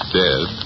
dead